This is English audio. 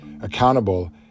accountable